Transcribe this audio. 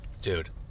dude